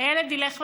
הילד ילך לשילוב.